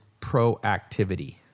proactivity